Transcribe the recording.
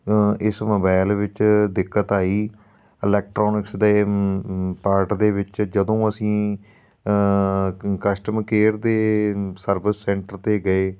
ਇਸ ਮੋਬਾਇਲ ਵਿੱਚ ਦਿੱਕਤ ਆਈ ਇਲੈਕਟ੍ਰੋਨਿਕਸ ਦੇ ਪਾਰਟ ਦੇ ਵਿੱਚ ਜਦੋਂ ਅਸੀਂ ਕੰਸਟਮ ਕੇਅਰ ਦੇ ਸਰਵਿਸ ਸੈਂਟਰ 'ਤੇ ਗਏ